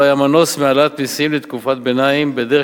לא היה מנוס מהעלאת מסים לתקופת ביניים בדרך